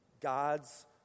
God's